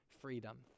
freedom